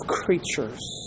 creatures